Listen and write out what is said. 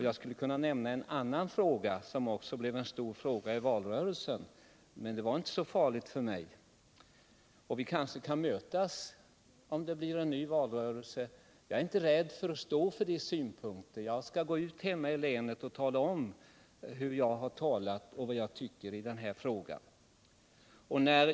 Jag skulle kunna nämna en annan fråga, som också blev en stor fråga i valrörelsen. Men det var inte så farligt för mig. Vi kan mötas i en ny valrörelse. Jag är inte rädd för att stå för dessa synpunkter. Jag skall gå ut i länet och tala om hur jag har talat och vad jag tycker i den här frågan.